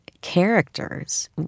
characters